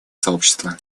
сообщества